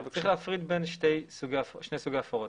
להפריד בין שני סוגי הפרות,